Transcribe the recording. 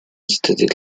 studied